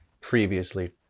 previously